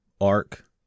arc